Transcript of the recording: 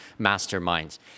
masterminds